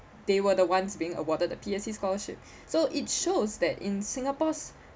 they were the ones being awarded the P_S_C scholarship so it shows that in singapore's